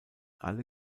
alle